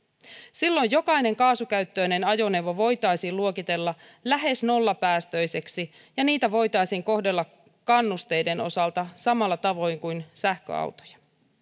silloin jokainen kaasukäyttöinen ajoneuvo voitaisiin luokitella lähes nollapäästöiseksi ja niitä voitaisiin kohdella kannusteiden osalta samalla tavoin kuin sähköautoja